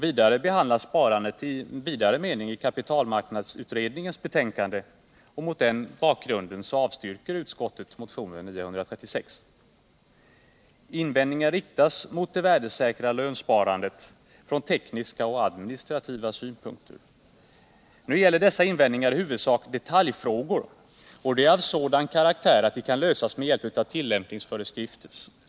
Vidare behandlas sparandet i vidare mening i kapitalmarknadsutredningens betänkande. Mot den bakgrunden avstyrker utskottet motionen 936. Invändningar riktas mot det värdesäkra lönsparandet från tekniska och administrativa utgångspunkter. Nu gäller dessa invändningar i huvudsak detaljfrågor och är av sådan karaktär att de kan lösas med hjälp av tillämpningsföreskrifter.